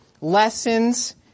lessons